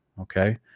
okay